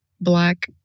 black